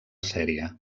sèrie